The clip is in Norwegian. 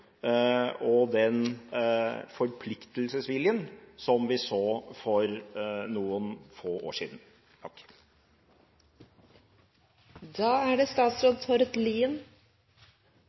og den forpliktelsesviljen som vi så for noen få år siden.